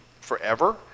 forever